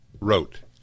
wrote